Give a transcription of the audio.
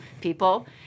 people